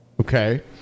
Okay